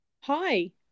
Hi